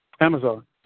Amazon